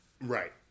Right